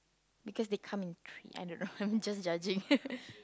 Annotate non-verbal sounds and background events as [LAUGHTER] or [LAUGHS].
because they come in three I don't know I'm just judging [LAUGHS]